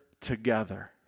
together